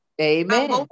amen